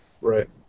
Right